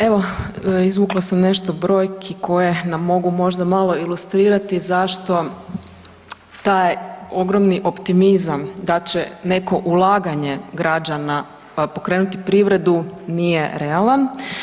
Evo izvukla sam nešto brojki koje nam mogu možda malo ilustrirati zašto taj ogromni optimizam da će neko ulaganje građana pokrenuti privredu nije realan.